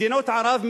מדינות ערב,